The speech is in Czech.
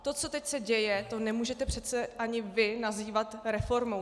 To, co se teď děje, nemůžete přece ani vy nazývat reformou.